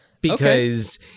Because-